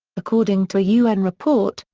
according to a un report,